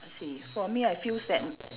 I see for me I feels that